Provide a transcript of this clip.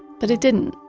but it didn't.